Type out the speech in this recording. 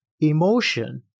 emotion